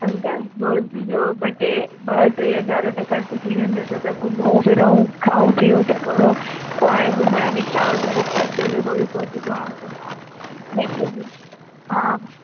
uncle रोज जो ॿ टे ॿ टे हज़ार त ख़र्चु थी वेंदा छो त घुमूं फिरूं खाऊं पीऊं त थोरो पोइ हाणे घुमण निकिता हुजऊं पोइ ख़र्चु जो बि सोच बो आहे अंकल मैट्रो बि हा हा